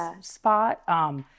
spot